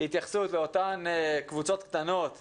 התייחסות לקבוצות הקטנות בג'-ד',